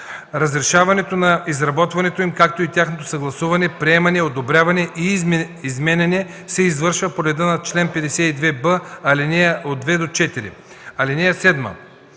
Разрешаването на изработването им, както и тяхното съгласуване, приемане, одобряване и изменяне се извършва по реда на чл. 52б, ал. 2-4. (7)